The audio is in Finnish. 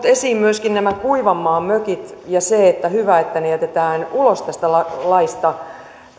esiin myöskin nämä kuivanmaan mökit ja se että on hyvä että ne jätetään ulos tästä laista niin